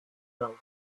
row